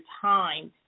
time